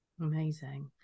Amazing